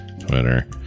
Twitter